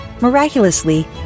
Miraculously